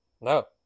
No